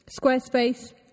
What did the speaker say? Squarespace